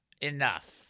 enough